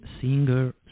singer